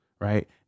right